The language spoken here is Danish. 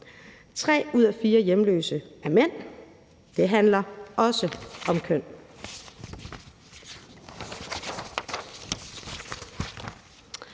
ud af fire hjemløse er mænd. Det handler også om køn.